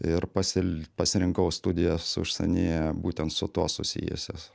ir pasil pasirinkau studijas užsienyje būtent su tuo susijusias